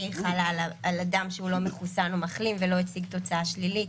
שהיא חלה על אדם שהוא לא מחוסן או מחלים ולא הציג תוצאה שלילית,